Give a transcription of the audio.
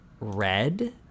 red